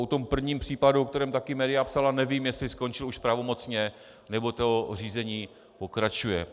O tom prvním případu, o kterém také média psala, nevím, jestli skončil už pravomocně, nebo to řízení pokračuje.